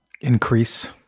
Increase